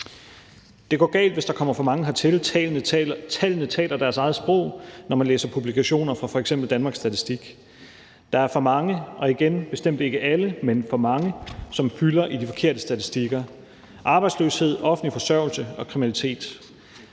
Det går galt, hvis der kommer for mange hertil. Tallene taler deres eget sprog, når man læser publikationer fra f.eks. Danmarks Statistik. Der er for mange – og det er bestemt ikke alle, men for mange – som fylder i de forkerte statistikker: arbejdsløshed, offentlig forsørgelse og kriminalitet.